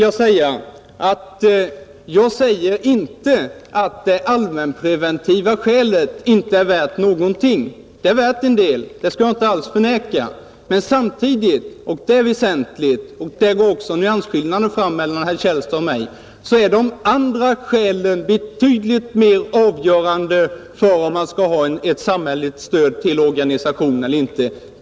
Jag säger inte, herr Källstad, att det allmänpreventiva skälet inte är värt någonting. Det är värt en del, det skall jag inte alls förneka. Men samtidigt — det är väsentligt och där går också nyansskillnaden fram mellan herr Källstad och mig — är de andra skälen betydligt mer avgörande för om man skall ha ett samhälleligt stöd till organisationerna eller inte.